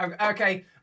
Okay